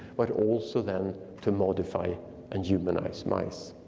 but also then to modify and humanized mice.